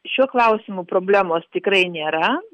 šiuo klausimu problemos tikrai nėra